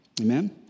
amen